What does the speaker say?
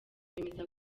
bemeza